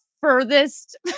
furthest